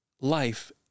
life